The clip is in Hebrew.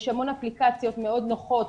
יש המון אפליקציות מאוד נוחות,